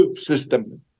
system